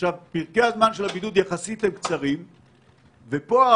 87% מאלה שפנו, פנו מתוך